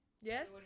Yes